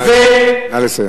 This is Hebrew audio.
נא לסיים.